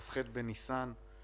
היום יום רביעי כ"ח בניסן התש"פ,